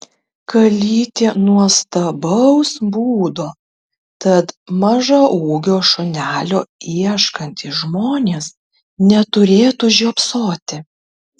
kalytė nuostabaus būdo tad mažaūgio šunelio ieškantys žmonės neturėtų žiopsoti